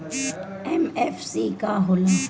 MFC का हो़ला?